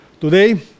today